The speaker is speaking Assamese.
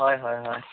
হয় হয় হয়